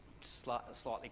slightly